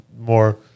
more